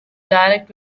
direct